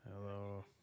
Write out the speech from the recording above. Hello